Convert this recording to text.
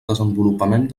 desenvolupament